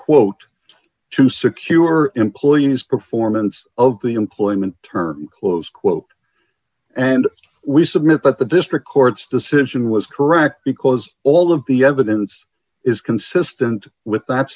quote to secure employees performance of the employment turner close quote and we submit that the district court's decision was correct because all of the evidence is consistent with that